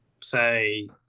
say